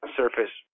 surface